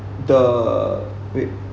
the wait